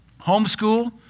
Homeschool